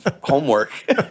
homework